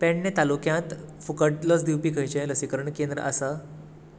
पेडणे तालुक्यांत फुकट लस दिवपी खंयचें लसीकरण केंद्र आसा